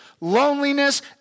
loneliness